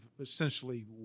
essentially